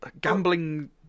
gambling